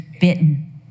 bitten